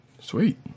Sweet